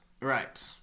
Right